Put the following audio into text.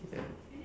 ya